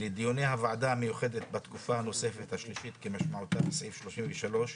"לדיוני הוועדה המיוחדת בתקופה הנוספת השלישית כמשמעותה בסעיף 33,